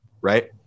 right